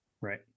Right